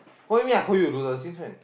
what you mean I call you to do the since when